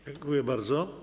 Dziękuję bardzo.